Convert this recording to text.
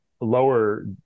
lower